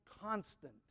constant